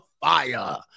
fire